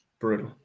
Brutal